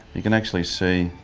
you can actually see,